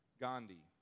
Gandhi